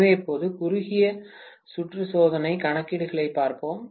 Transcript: எனவே இப்போது குறுகிய சுற்று சோதனை கணக்கீடுகளைப் பார்ப்போம்